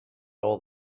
all